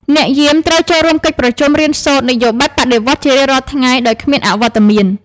អ្នកយាមត្រូវចូលរួមក្នុងកិច្ចប្រជុំរៀនសូត្រនយោបាយបដិវត្តន៍ជារៀងរាល់ថ្ងៃដោយគ្មានអវត្តមាន។